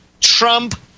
Trump